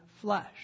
flesh